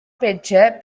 பெற்ற